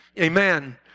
Amen